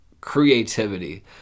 creativity